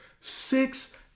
Six